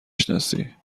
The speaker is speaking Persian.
شناسی